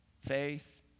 faith